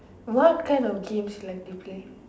what kind of games you like to play